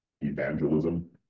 evangelism